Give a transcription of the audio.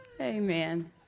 Amen